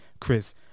Chris